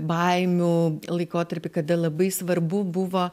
baimių laikotarpį kada labai svarbu buvo